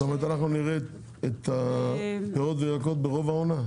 זאת אומרת אנחנו נראה את הפירות והירקות ברוב השנה?